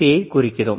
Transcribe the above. யைக் குறிக்கிறோம்